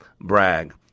brag